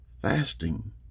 Fasting